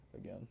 again